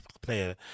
player